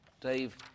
dave